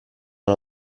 una